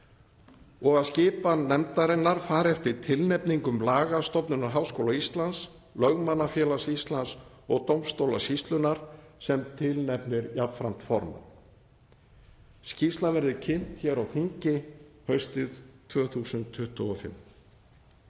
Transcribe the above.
og að skipan nefndarinnar fari eftir tilnefningum Lagastofnunar Háskóla Íslands, Lögmannafélags Íslands og dómstólasýslunnar sem tilnefnir jafnframt formann. Skýrslan verði kynnt hér á þingi haustið 2025.